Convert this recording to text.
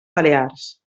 balears